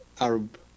Arab